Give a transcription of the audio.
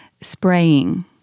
spraying